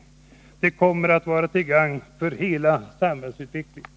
Det kommer att vara till gagn för hela samhällsutvecklingen.